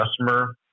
customer